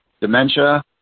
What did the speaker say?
dementia